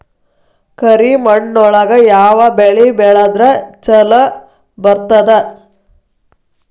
ಕರಿಮಣ್ಣೊಳಗ ಯಾವ ಬೆಳಿ ಬೆಳದ್ರ ಛಲೋ ಬರ್ತದ?